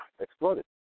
exploded